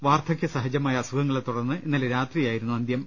വാർദ്ധക്യസഹ ജമായ അസുഖങ്ങളെതുടർന്ന് ഇന്നലെ രാത്രിയായിരുന്നു അന്ത്യം